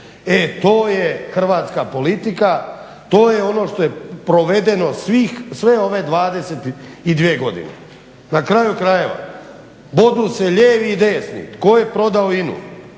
E to je hrvatska politika, to je ono što je provedeno sve ove 22 godine. Na kraju krajeva, bodu se lijevi i desni tko je prodao